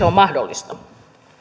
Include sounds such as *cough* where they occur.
*unintelligible* on mahdollista